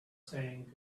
saying